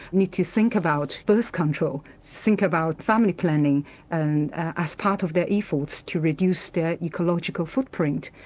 need to think about birth control, think about family planning and as part of their efforts to reduce their ecological footprint.